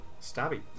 stabby